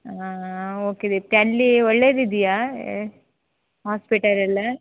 ಹಾಂ ಹಾಂ ಓಕೆ ದೀಪ್ತಿ ಅಲ್ಲಿ ಒಳ್ಳೆದಿದೆಯಾ ಹಾಸ್ಪಿಟಲ್ ಎಲ್ಲ